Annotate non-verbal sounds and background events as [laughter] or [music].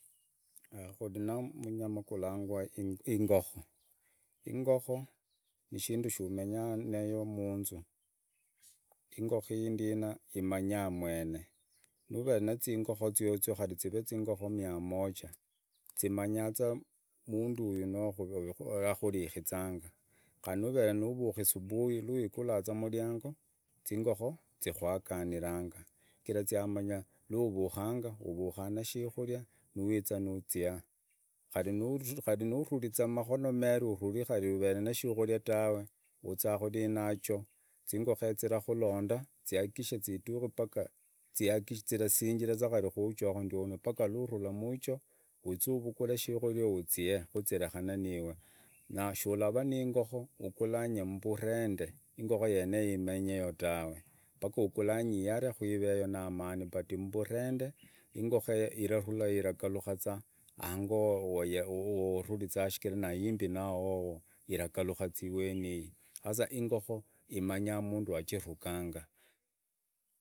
[hesitation] khwuli numunyama kulakwaa ingokhoo. ingokho shindu shomanyaa nineyo mutsuu. Ingokhoo inendena imanyaa mwenee. nuuee netsingukhoo tsowee khali tsiree tsingokhoo mia moja. tsimanyaa tsa muntu oyuu noo akhulikhitsanga nuve novukhi supuhi nowikulangatsu muliango tsingokhoo tsikwakaniranga sichira tsiamanyaa. uvukhaa ne shekhulia niwitsia nutsiaa. khali nuli khali nururi tsaa makhono meruu uvere neshekhulia tawee. utsaa tsingokhuo tsilakhulondaa tsiakishee tsitushii mpaa. khalii khuchoo khulinduuno mpaka mwurula khuchoo. otsieuvukule shakhulia utsie khutsilakhane niiwe. Nawe solava ne ingokhoo ukulanye mvurendee ingokho yenoye imenyewee tawe. mpakaa mukulanyiree ali- lakhii iveo na amani, but muvurendee ingokhoo irurulao. ilaka lukhaa tsaa angoo wuwo. wawarulutsiaa. Sichira na embii na wuwoo ilakulikhaa tsiaa iweneyu. sa- ingokho imanyaa muntu wachirakangaa.